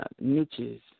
niches